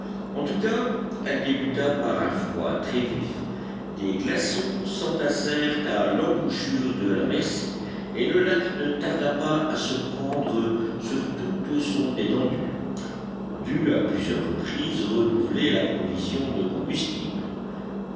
en tout cas elle débuta par un froid très vif des glaçons s'entassèrent à l'embouchure de la mercy et le lac ne tarda pas à se prendre sur toute son étendue on dut à plusieurs reprises renouveler la provision de combustible